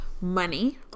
money